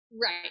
Right